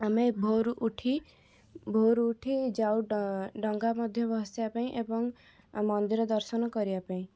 ଆମେ ଭୋରୁ ଉଠି ଭୋରୁ ଉଠି ଯାଉ ଡଙ୍ଗା ମଧ୍ୟ ଭସେଇବା ପାଇଁ ଏବଂ ମନ୍ଦିର ଦର୍ଶନ କରିବା ପାଇଁ